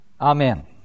Amen